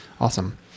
Awesome